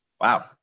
Wow